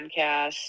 podcast